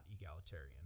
egalitarian